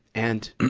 and,